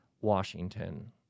Washington